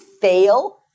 fail